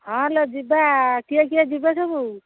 ହଁ ଲୋ ଯିବା କିଏ କିଏ ଯିବେ ସବୁ